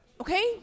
okay